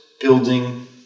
building